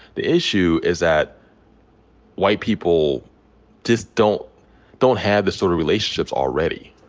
the issue is that white people just don't don't have the sort of relationships already